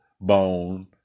bone